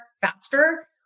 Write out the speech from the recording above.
faster